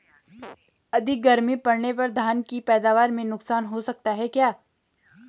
अधिक गर्मी पड़ने पर धान की पैदावार में नुकसान हो सकता है क्या?